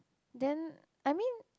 then I mean